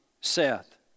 Seth